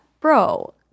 Bro